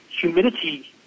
humidity